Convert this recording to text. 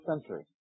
century